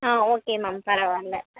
ஆ okay ma'am பரவாயில்ல